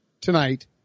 tonight